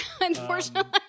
unfortunately